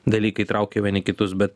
dalykai traukia vieni kitus bet